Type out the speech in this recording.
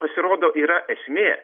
pasirodo yra esmė